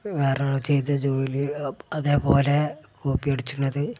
വേറാൾ ചെയ്ത ജോലി അതേപോലെ കോപ്പി അടിക്കുന്നത്